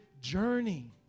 journey